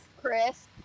Chris